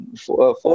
four